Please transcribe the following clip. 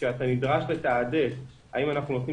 וכשאתה נדרש לתעדף אם אנחנו נותנים